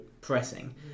pressing